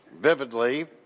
vividly